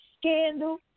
scandal